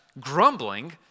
grumbling